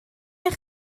eich